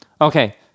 Okay